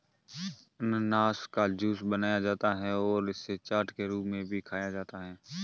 अनन्नास का जूस बनाया जाता है और इसे चाट के रूप में भी खाया जाता है